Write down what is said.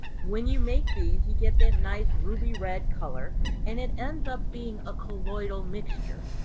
when you make these you get this nice ruby red color and it ends up being a colloidal mixture.